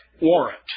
warrant